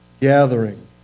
gathering